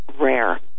rare